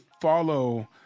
follow